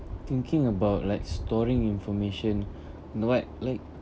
thinking about like storing information like